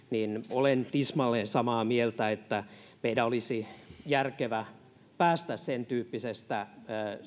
niin olen tismalleen samaa mieltä että meidän olisi järkevä päästä sentyyppisestä